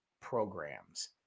programs